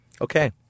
Okay